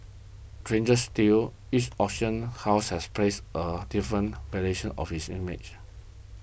stranger still each auction house has placed a different valuation of its image